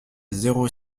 zéro